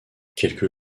quelques